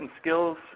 skills